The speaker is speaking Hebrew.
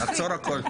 עצור הכול.